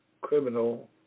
criminal